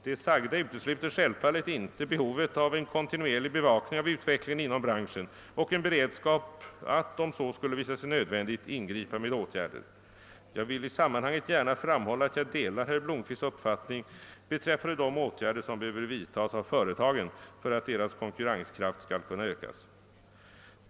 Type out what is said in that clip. Det sagda utesluter självfallet inte behovet av en kontinuerlig bevakning av utvecklingen inom branschen och en beredskap att, om så skulle visa sig nödvändigt, ingripa med åtgärder. Jag vill i sammanhanget gärna framhålla att jag delar herr Blomkvists uppfattning beträffande de åtgärder som behöver vidtas av företagen för att deras konkurrenskraft skall kunna ökas.